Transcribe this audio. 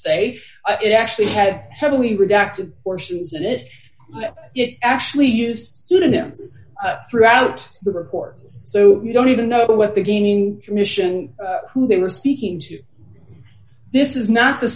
hearsay it actually had heavily redacted portions in it it actually used pseudonyms throughout the report so you don't even know what they're gaining commission who they were speaking to this is not the